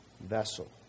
vessel